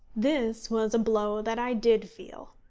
this was a blow that i did feel.